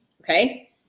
okay